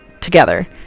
together